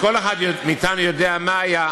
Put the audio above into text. כל אחד מאתנו יודע מה היה.